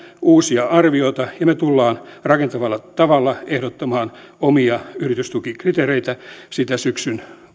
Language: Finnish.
uusia arvioita ja me tulemme rakentavalla tavalla ehdottamaan omia yritystukikriteereitä sitä syksyn